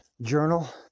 journal